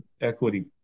equity